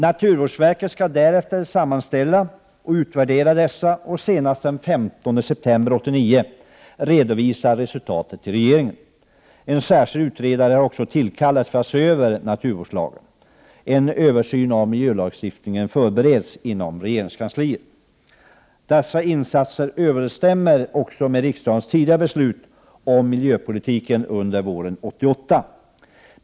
Naturvårdsverket skall därefter sammanställa och utvärdera dessa och senast den 15 september 1989 redovisa resultatet till regeringen. En särskild utredare har tillkallats för att se över naturvårdslagen. En översyn av miljölagstiftningen förbereds inom regeringskansliet. Dessa insatser överensstämmer också med riksdagens beslut om miljöpolitiken under våren 1988.